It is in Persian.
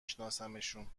شناسمشون